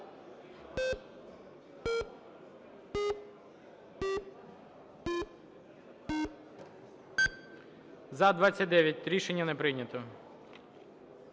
За-20 Рішення не прийнято.